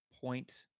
point